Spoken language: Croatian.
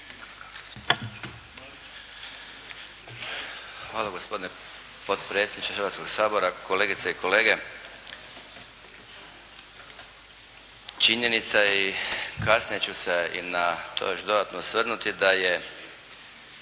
Hvala gospodine potpredsjedniče Hrvatskog sabora, kolegice i kolege. Činjenica i kasnije ću se i na to još dodatno osvrnuti da je